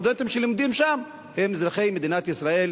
הסטודנטים שלומדים שם הם אזרחי מדינת ישראל,